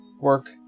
work